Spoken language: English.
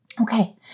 Okay